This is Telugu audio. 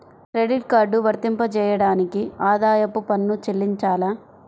క్రెడిట్ కార్డ్ వర్తింపజేయడానికి ఆదాయపు పన్ను చెల్లించాలా?